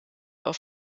auf